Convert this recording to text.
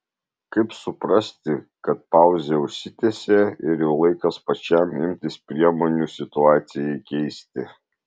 kaip suprasti kad pauzė užsitęsė ir jau laikas pačiam imtis priemonių situacijai keisti